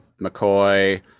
McCoy